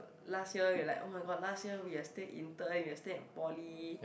last year we were like oh-my-god last year we are still intern we are still in poly